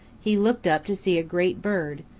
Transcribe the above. he looked up to see a great bird,